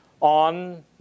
on